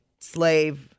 slave